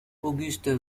auguste